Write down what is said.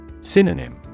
Synonym